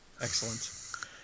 Excellent